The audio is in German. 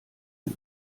mit